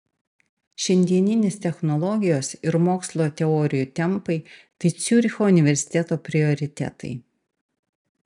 šiandieninės technologijos ir mokslo teorijų tempai tai ciuricho universiteto prioritetai